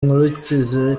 inkurikizi